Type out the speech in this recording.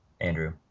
Andrew